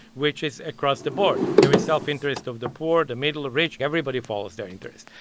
which is across the board. there is self-interest of the poor, the middle, the rich everybody follows their interest.